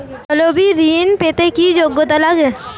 তলবি ঋন পেতে কি যোগ্যতা লাগে?